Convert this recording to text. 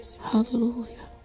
Hallelujah